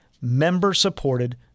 member-supported